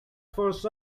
forced